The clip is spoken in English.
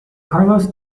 carlos